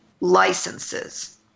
licenses